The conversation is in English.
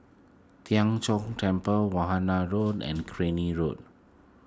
Tien Chor Temple Warna Road and Crany Road